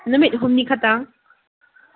ꯅꯨꯃꯤꯠ ꯍꯨꯝꯅꯤ ꯈꯇꯪ